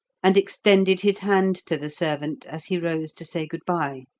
and extended his hand to the servant as he rose to say good-bye.